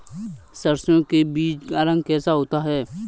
सरसों के बीज का रंग कैसा होता है?